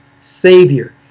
Savior